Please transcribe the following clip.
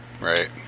Right